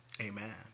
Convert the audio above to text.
Amen